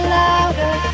louder